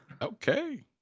Okay